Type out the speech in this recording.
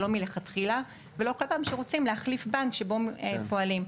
לא מלכתחילה ולא בכל פעם שרוצים להחליף בנק שבו פועלים.